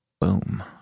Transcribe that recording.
Boom